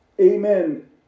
amen